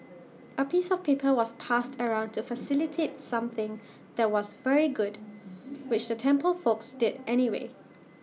A piece of paper was passed around to facilitate something that was very good which the temple folks did anyway